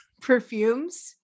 perfumes